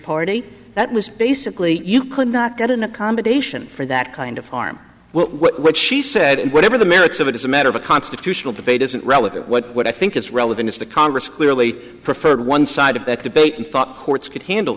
party that was basically you could not get an accommodation for that kind of harm which she said and whatever the merits of it is a matter of a constitutional debate isn't relative what i think is relevant is the congress clearly preferred one side of that debate and thought courts could handle